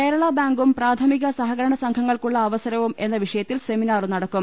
കേരള ബാങ്കും പ്രാഥമിക സഹകരണ സംഘങ്ങൾക്കുള്ള അവസരവും എന്ന വിഷയത്തിൽ സെമിനാറും നടക്കും